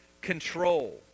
control